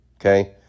Okay